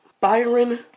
Byron